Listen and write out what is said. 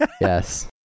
Yes